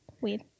weird